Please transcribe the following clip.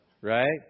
right